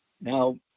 Now